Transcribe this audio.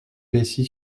bessay